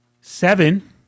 Seven